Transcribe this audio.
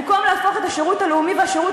במקום להפוך את השירות הלאומי והשירות